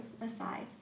aside